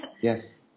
Yes